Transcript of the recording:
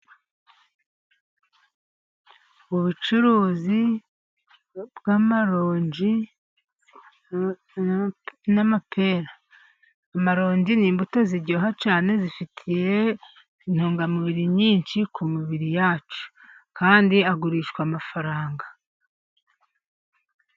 Ubucuruzi bw'amaronji n'amapera. Amarongi ni imbuto ziryoha cyane, zifitiye intungamubiri nyinshi ku mibiri yacu, kandi agurishwa amafaranga.